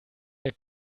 wir